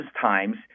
times